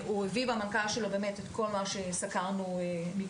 הוא הביא במכתב שלו באמת את כל מה שסקרנו מקודם,